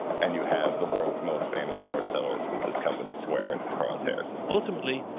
and you have the world's most famous short sellers with this company square in its cross-hairs. ultimately,